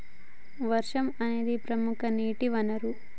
వర్షం అనేదిప్రముఖ నీటి వనరు